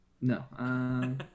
No